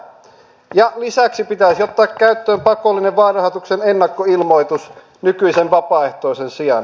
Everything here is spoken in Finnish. ja lisäksi pitäisi ottaa käyttöön pakollinen vaalirahoituksen ennakkoilmoitus nykyisen vapaaehtoisen sijaan